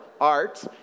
Art